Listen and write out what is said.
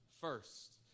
First